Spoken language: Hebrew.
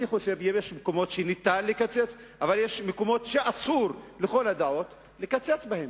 אני חושב שיש מקומות שאפשר לקצץ בהם,